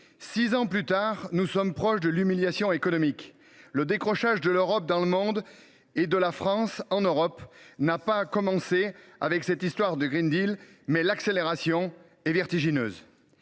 Six ans plus tard, […] nous sommes proches de l’humiliation économique. Le décrochage de l’Europe dans le monde, et de la France en Europe, n’a pas commencé avec cette histoire de, mais l’accélération est vertigineuse